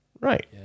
Right